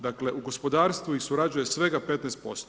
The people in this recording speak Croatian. Dakle u gospodarstvu ih surađuje svega 15%